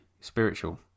spiritual